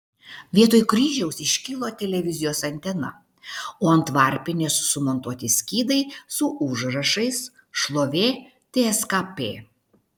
vietoj kryžiaus iškilo televizijos antena o ant varpinės sumontuoti skydai su užrašais šlovė tskp